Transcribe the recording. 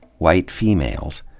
white females,